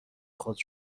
خود